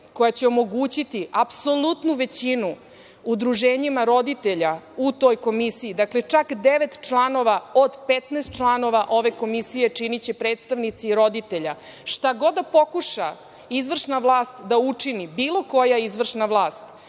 koja će omogućiti apsolutnu većinu udruženjima roditelja u toj komisiji, dakle čak devet članova od 15 članova ove komisije čini će predstavnici roditelja. Šta god da pokuša izvršna vlast da učini, bilo koja izvršna vlast,